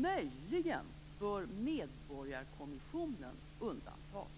Möjligen bör Medborgarkommissionen undantas.